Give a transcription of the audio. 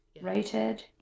rated